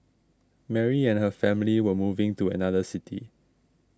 Mary and her family were moving to another city